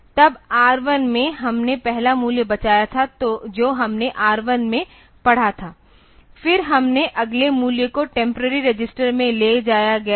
तब R1 में हमने पहला मूल्य बचाया था जो हमने R 1 में पढ़ा था फिर हमने अगले मूल्य को टेम्पररी रजिस्टर में ले जाया गया है